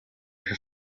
her